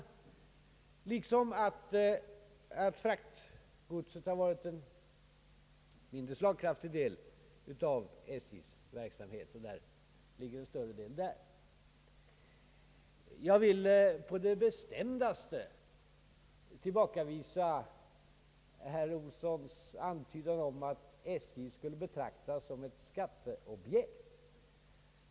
Fraktgodset har också varit en mindre bärkraftig del av SJ:s verksamhet, varför man nu måst höja även de taxorna. Jag vill på det bestämdaste tillbakavisa herr Olssons antydan att SJ skulle betraktas som ett skatteobjekt.